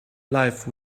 life